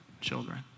children